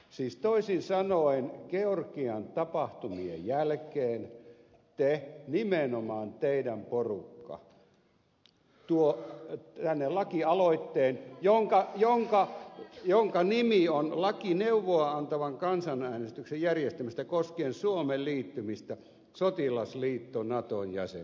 siis toisin sanoen georgian tapahtumien jälkeen te nimenomaan teidän porukkanne tuotte tänne lakialoitteen jonka nimi on laki neuvoa antavan kansanäänestyksen järjestämisestä koskien suomen liittymistä sotilasliitto naton jäseneksi